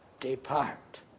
Depart